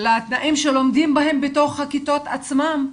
לתנאים שלומדים בהם בתוך הכיתות עצמן.